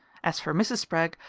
as for mrs. spragg,